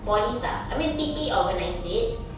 polys ah I mean T_P organised it